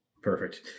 Perfect